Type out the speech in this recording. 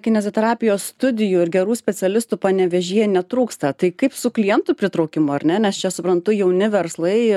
kineziterapijos studijų ir gerų specialistų panevėžyje netrūksta tai kaip su klientų pritraukimu ar ne nes čia suprantu jauni verslai